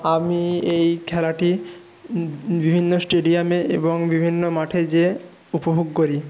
আমি এই খেলাটি বিভিন্ন স্টেডিয়ামে গিয়ে এবং বিভিন্ন মাঠে যেয়ে উপভোগ করি